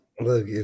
Look